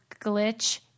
glitch